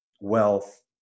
wealth